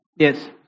Yes